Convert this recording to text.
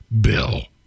bill